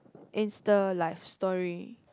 Insta live story